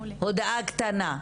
הודעה קטנה: